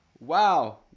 Wow